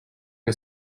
que